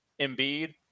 Embiid